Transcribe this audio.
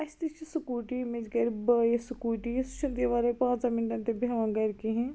اَسہِ تہِ چھِ سِکوٗٹی مےٚ چھِ گَرِ بٲیِس سِکوٗٹی سُہ چھُنہٕ تمہِ وَرٲے پانٛژن منٹن تہِ بیٚہوان گَرِ کِہیٖنۍ